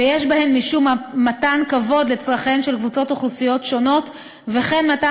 ויש בהן משום מתן כבוד לצורכיהן של קבוצות אוכלוסייה שונות וכן מתן